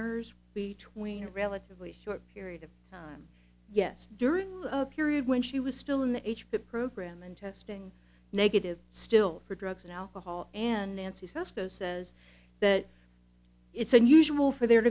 errors between a relatively short period of time yes during a period when she was still in the h p program and testing negative still for drugs and alcohol and nancy says that it's unusual for there